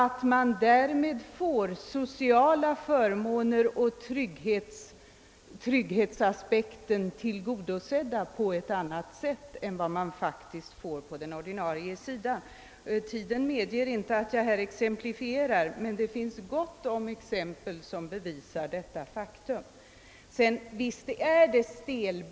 Tiden medger inte att jag exemplifierar detta, men det finns gott om bevis för detta faktum. Detta är både motionärernas inställning och alla de andra människors inställning — och de är många, det vill jag försäkra — som vill åstadkomma en lösning av denna fråga.